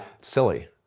Silly